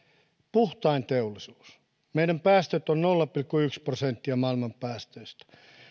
puhtain teollisuus meidän päästömme ovat nolla pilkku yksi prosenttia maailman päästöistä